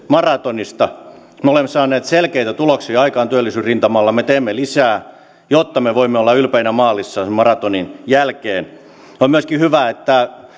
maratonista me olemme saaneet selkeitä tuloksia aikaan työllisyysrintamalla ja me teemme lisää jotta me voimme olla ylpeinä maalissa sen maratonin jälkeen on myöskin hyvä että